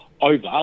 over